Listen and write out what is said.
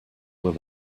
were